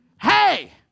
hey